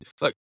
Look